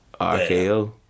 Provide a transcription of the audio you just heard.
RKO